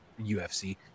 UFC